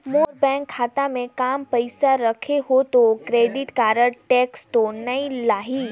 मोर bank खाता मे काम पइसा रखे हो तो क्रेडिट कारड टेक्स तो नइ लाही???